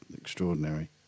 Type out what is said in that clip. extraordinary